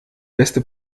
beste